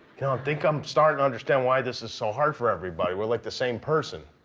think i'm starting to understand why this is so hard for everybody. we're, like, the same person.